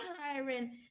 hiring